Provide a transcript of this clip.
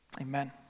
Amen